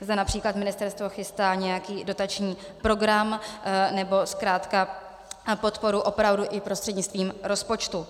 Zda například ministerstvo chystá nějaký dotační program nebo zkrátka podporu i prostřednictvím rozpočtu.